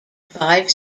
five